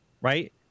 right